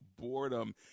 boredom